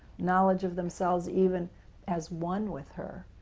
knowledge of themselves even as one with her.